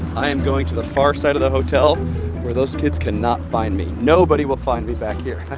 i am going to the far side of the hotel where those kids cannot find me. nobody will find me back here,